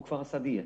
הוא עבר עשה דיאטה.